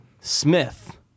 Smith